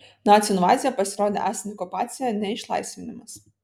nacių invazija pasirodė esanti okupacija ne išlaisvinimas